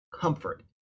Comfort